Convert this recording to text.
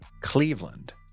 Cleveland